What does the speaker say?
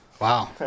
wow